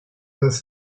dass